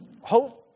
hope